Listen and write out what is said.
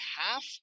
half